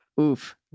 oof